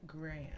grand